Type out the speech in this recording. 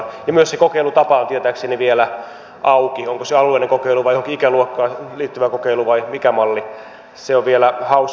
ja myös se kokeilutapa on tietääkseni vielä auki onko se alueellinen kokeilu vai johonkin ikäluokkaan liittyvä kokeilu vai mikä malli se on vielä haussa